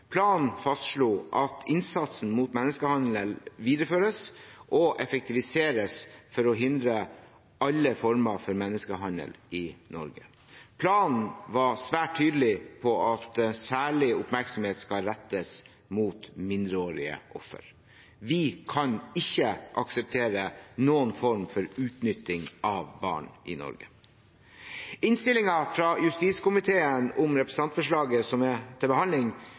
Planen fastslo at innsatsen mot menneskehandel videreføres og effektiviseres for å hindre alle former for menneskehandel i Norge. Planen var svært tydelig på at særlig oppmerksomhet skal rettes mot mindreårige ofre. Vi kan ikke akseptere noen form for utnytting av barn i Norge. Innstillingen fra justiskomiteen om representantforslaget som er til behandling,